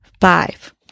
Five